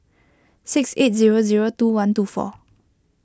six eight zero zero two one two four